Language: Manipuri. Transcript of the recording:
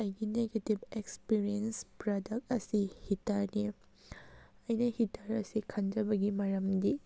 ꯑꯩꯒꯤ ꯅꯦꯒꯦꯇꯤꯞ ꯑꯦꯛꯁꯄꯤꯔꯤꯌꯦꯟꯁ ꯄ꯭ꯔꯗꯛ ꯑꯁꯤ ꯍꯤꯇꯔꯅꯤ ꯑꯩꯅ ꯍꯤꯇꯔ ꯑꯁꯤ ꯈꯟꯖꯕꯒꯤ ꯃꯔꯝꯗꯤ